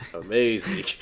Amazing